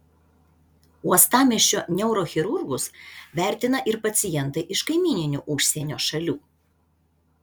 uostamiesčio neurochirurgus vertina ir pacientai iš kaimyninių užsienio šalių